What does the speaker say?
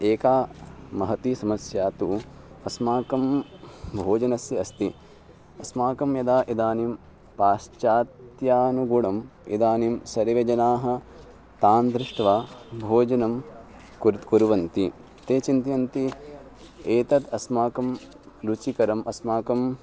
एका महती समस्या तु अस्माकं भोजनस्य अस्ति अस्माकं यदा इदानीं पाश्चात्यानुगुणम् इदानीं सर्वे जनाः तान् दृष्ट्वा भोजनं कुर् कुर्वन्ति ते चिन्त्यन्ति एतद् अस्माकं रुचिकरम् अस्माकम्